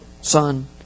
Son